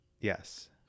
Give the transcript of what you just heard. Yes